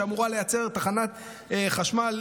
שאמורה לייצר תחנת חשמל,